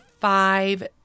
five